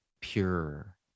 pure